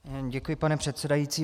Děkuji, pane předsedající.